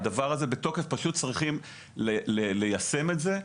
וזה בתוקף, פשוט צריך ליישם את זה.